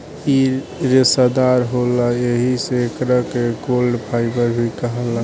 इ रेसादार होला एही से एकरा के गोल्ड फाइबर भी कहाला